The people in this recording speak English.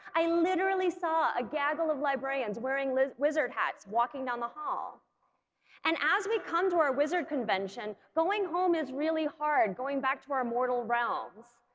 i literally saw a gaggle of librarians wearing wizard hats walking down the hall and as we come to our wizard convention, going home is really hard, going back to our mortal realms.